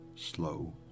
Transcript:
slow